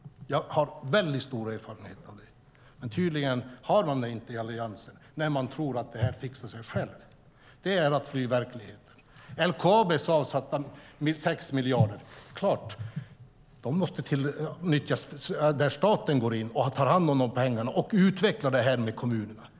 Jag har stor erfarenhet av det. Tydligen har man inte det i Alliansen när man tror att det fixar sig självt. Det är att fly verkligheten. LKAB:s avsatta 6 miljarder måste nyttjas genom att staten går in och tar hand om pengarna och utvecklar tillsammans med kommunerna.